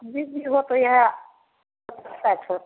बिज्जू होतै इएह